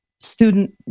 student